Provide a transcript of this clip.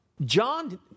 John